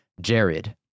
Jared